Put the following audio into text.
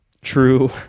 true